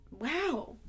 Wow